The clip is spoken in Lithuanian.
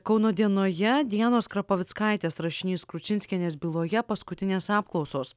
kauno dienoje dianos krapavickaitės rašinys kručinskienės byloje paskutinės apklausos